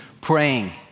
praying